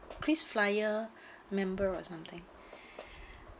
krisflyer member or something